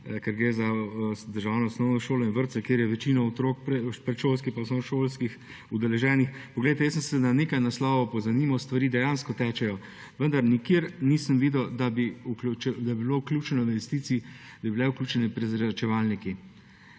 ker gre za državne osnovne šole in vrtce, kjer je večina otrok predšolskih pa osnovnošolskih udeleženih. Poglejte, jaz sem se na nekaj naslovih pozanimal. Stvari dejansko tečejo, vendar nikjer nisem videl, da bi bili vključeni prezračevalniki.